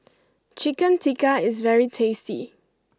Chicken Tikka is very tasty